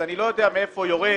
אני לא יודע מאיפה יורד,